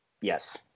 Yes